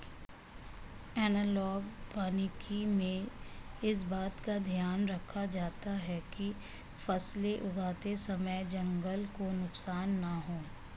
analogue वानिकी में इस बात का ध्यान रखा जाता है कि फसलें उगाते समय जंगल को नुकसान ना हो